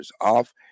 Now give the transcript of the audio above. off